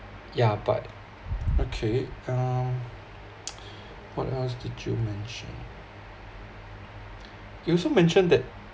yeah but okay um what else did you mentioned you also mentioned that